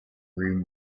room